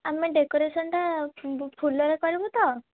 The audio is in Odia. ଆମେ ଡ଼େକୋରେସନ୍ ଟା ଫୁଲରେ କରିବୁ ତ